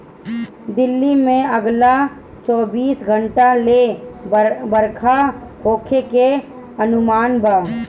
दिल्ली में अगला चौबीस घंटा ले बरखा होखे के अनुमान बा